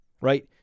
right